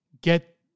get